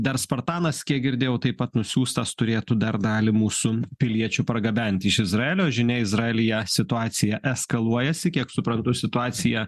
dar spartanas kiek girdėjau taip pat nusiųstas turėtų dar dalį mūsų piliečių pargabenti iš izraelio žinia izraelyje situacija eskaluojasi kiek suprantu situacija